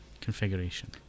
configuration